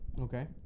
Okay